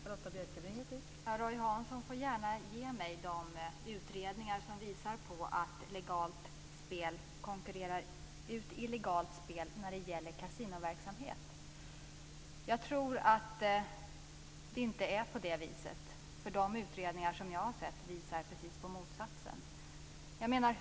Fru talman! Roy Hansson får gärna ge mig de utredningar som visar att legalt spel konkurrerar ut illegalt spel när det gäller kasinoverksamhet. Jag tror att det inte är på det viset. De utredningar som jag har sett visar precis motsatsen.